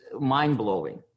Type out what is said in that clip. mind-blowing